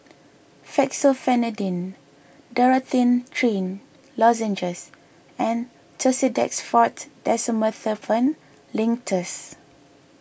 Fexofenadine Dorithricin Lozenges and Tussidex forte Dextromethorphan Linctus